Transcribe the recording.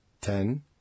Ten